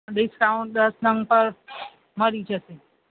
discount દસ નંગ પર મળી જશે